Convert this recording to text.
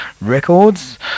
records